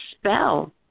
spell